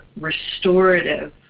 restorative